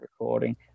recording